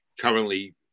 currently